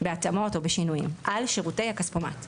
בהתאמות או בשינויים על שירותי הכספומט,